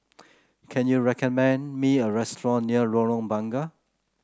can you recommend me a restaurant near Lorong Bunga